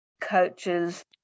coaches